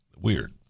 Weird